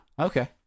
okay